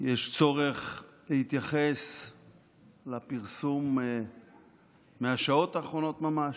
יש צורך להתייחס לפרסום מהשעות האחרונות ממש.